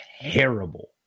Terrible